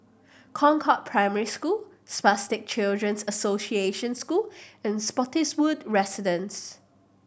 Concord Primary School Spastic Children's Association School and Spottiswoode Residences